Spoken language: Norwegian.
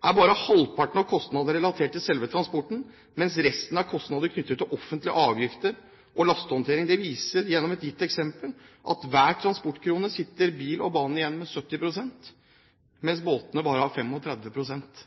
er bare halvparten av kostnadene relatert til selve transporten, mens resten er kostnader knyttet til offentlige avgifter og lasthåndtering. De viser gjennom et gitt eksempel at av hver transportkrone sitter bil og bane igjen med 70 % til egen drift – mens båten bare har 35 %.»